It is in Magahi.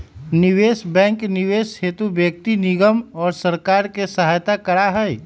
निवेश बैंक निवेश हेतु व्यक्ति निगम और सरकार के सहायता करा हई